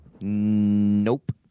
Nope